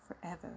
forever